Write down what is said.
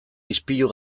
ispilu